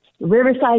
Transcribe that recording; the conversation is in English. Riverside